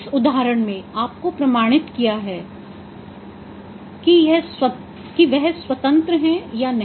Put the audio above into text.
इस उदहारण में आपने प्रमाणित किया कि वह स्वतंत्र हैं या नहीं